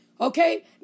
okay